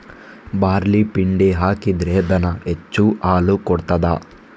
Barley ಪಿಂಡಿ ಹಾಕಿದ್ರೆ ದನ ಹೆಚ್ಚು ಹಾಲು ಕೊಡ್ತಾದ?